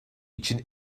için